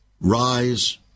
rise